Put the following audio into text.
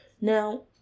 Now